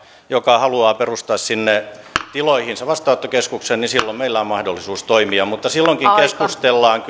joka haluaa perustaa sinne tiloihinsa vastaanottokeskuksen niin silloin meillä on mahdollisuus toimia mutta silloinkin keskustellaan